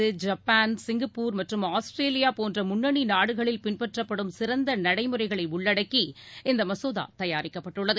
Japan Singapore மற்றும் Australia போன்ற முன்னணி நாடுகளில் பின்பற்றப்படும் சிறந்த நடைமுறைகளை உள்ளடக்கி இந்த மசோதா தயாரிக்கப்பட்டுள்ளது